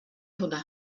hwnna